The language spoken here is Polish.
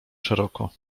szeroko